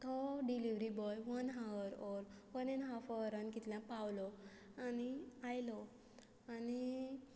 तो delivery boy one hour or one and half आवरान कितल्या पावलो आनी आयलो आनी